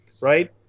Right